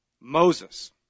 Moses